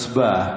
הצבעה.